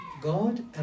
god